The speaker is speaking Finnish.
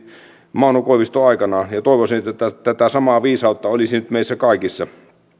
mauno koivisto aikanaan ja toivoisin että tätä samaa viisautta olisi nyt meissä kaikissa